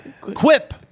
quip